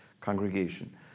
congregation